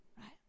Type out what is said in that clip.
right